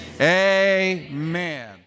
amen